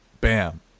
bam